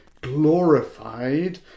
glorified